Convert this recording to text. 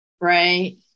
right